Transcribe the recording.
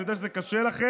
אני יודע שזה קשה לכם.